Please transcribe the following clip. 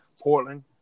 Portland